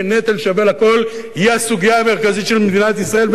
שנטל שווה לכול הוא הסוגיה המרכזית של מדינת ישראל,